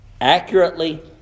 accurately